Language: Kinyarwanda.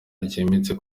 ryimbitse